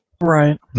Right